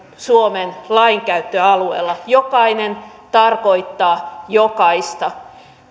suomen lainkäyttöalueella jokainen tarkoittaa jokaista